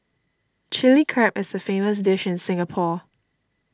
Chilli Crab is a famous dish in Singapore